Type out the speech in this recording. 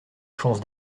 chance